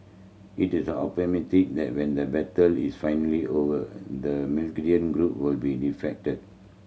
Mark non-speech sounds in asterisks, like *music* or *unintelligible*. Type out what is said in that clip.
he is optimistic that when the battle is finally over the *unintelligible* group will be defeated